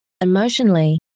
emotionally